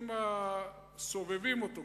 עם הסובבים אותו,